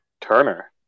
Turner